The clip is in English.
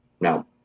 No